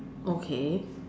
okay